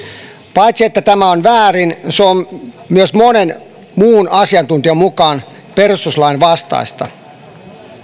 paitsi että tämä on väärin se on myös monen asiantuntijan mukaan perustuslain vastaista